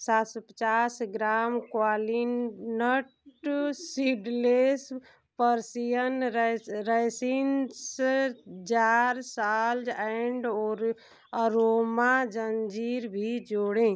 सात सौ पचास ग्राम क्वालीनट सीडलेस पर्शियन रै raisins jar Salz and Aroma अंजीर भी जोड़ें